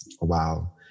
wow